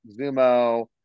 Zumo